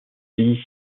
pays